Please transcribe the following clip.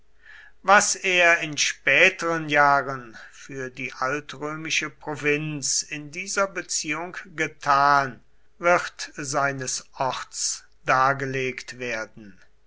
was er in späteren jahren für die altrömische provinz in dieser beziehung getan wird seines orts dargelegt werden